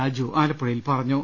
രാജു ആലപ്പുഴയിൽ പറഞ്ഞു